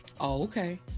Okay